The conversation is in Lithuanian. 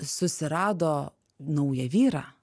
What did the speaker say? susirado naują vyrą